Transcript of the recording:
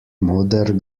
moder